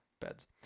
beds